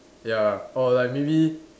ya or like maybe